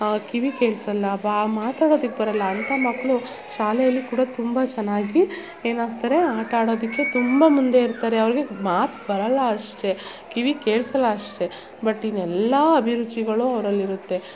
ಕಿವಿ ಕೇಳಿಸಲ್ಲ ಬಾ ಮಾತಾಡೋದಿಕ್ಕೆ ಬರೋಲ್ಲ ಅಂಥ ಮಕ್ಕಳು ಶಾಲೆಯಲ್ಲಿ ಕೂಡ ತುಂಬ ಚೆನ್ನಾಗಿ ಏನಾಗ್ತಾರೆ ಆಟ ಆಡೋದಕ್ಕೆ ತುಂಬ ಮುಂದೆ ಇರ್ತಾರೆ ಅವ್ರಿಗೆ ಮಾತು ಬರೋಲ್ಲ ಅಷ್ಟೆ ಕಿವಿ ಕೇಳಿಸಲ್ಲ ಅಷ್ಟೆ ಬಟ್ ಇನ್ನೆಲ್ಲ ಅಭಿರುಚಿಗಳು ಅವರಲ್ಲಿರುತ್ತೆ